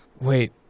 Wait